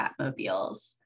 Batmobiles